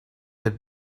had